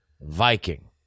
Viking